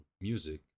music